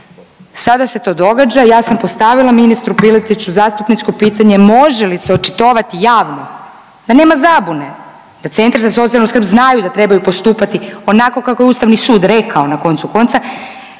Sada se to događa. Ja sam postavila ministru Piletiću zastupničko pitanje može li se očitovati javno, da nema zabune da Centri za socijalnu skrb znaju da trebaju postupati onako kako je Ustavni sud rekao na koncu konca.